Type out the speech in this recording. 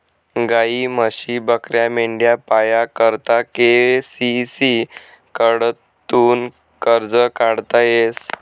गायी, म्हशी, बकऱ्या, मेंढ्या पाया करता के.सी.सी कडथून कर्ज काढता येस